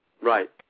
Right